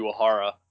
Uehara